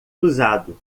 usado